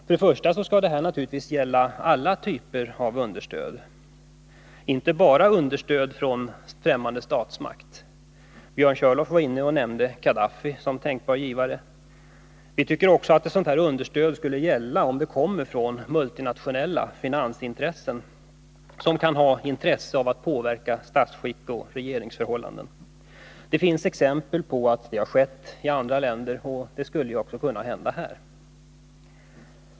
För det första skall en straffbestämmelse gälla alla typer av understöd, inte bara understöd från främmande statsmakt — Björn Körlof nämnde Khadafi som tänkbar givare — utan den skall enligt vår uppfattning också gälla för understöd från t.ex. multinationella finansintressen som kan vilja påverka statsskick och regeringsförhållanden. Det finns exempel på att så har skett i andra länder. Det skulle också kunna hända här.